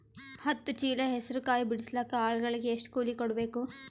ಹತ್ತು ಚೀಲ ಹೆಸರು ಕಾಯಿ ಬಿಡಸಲಿಕ ಆಳಗಳಿಗೆ ಎಷ್ಟು ಕೂಲಿ ಕೊಡಬೇಕು?